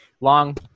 Long